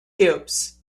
cubes